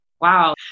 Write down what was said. wow